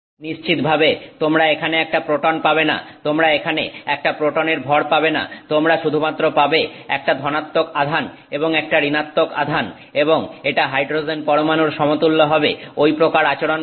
নিশ্চিতভাবে তোমরা এখানে একটা প্রোটন পাবেনা তোমরা এখানে একটা প্রোটনের ভর পাবেনা তোমরা শুধুমাত্র পাবে একটা ধনাত্মক আধান এবং একটা ঋণাত্মক আধান এবং এটা হাইড্রোজেন পরমাণুর সমতুল্য হবে ওই প্রকার আচরণ করবে